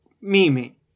Mimi